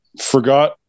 Forgot